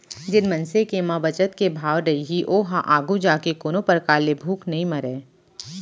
जेन मनसे के म बचत के भावना रइही ओहा आघू जाके कोनो परकार ले भूख नइ मरय